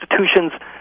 institutions